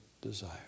desire